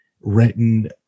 written